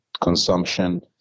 consumption